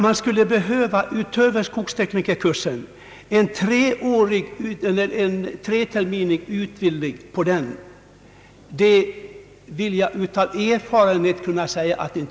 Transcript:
Av erfarenhet kan jag säga att det inte behövs tre terminers utbildning utöver skogsteknikerkursen för den uppgiften.